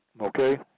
Okay